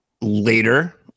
later